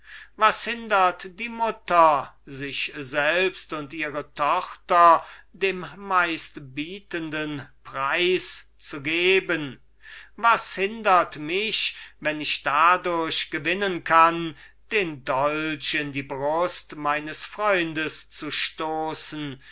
was hindert die mutter sich selbst und ihre tochter dem meistbietenden preis zu geben was hindert mich wenn ich dadurch gewinnen kann den dolch in die brust meines freundes zu stoßen